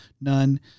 none